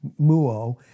muo